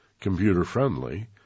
computer-friendly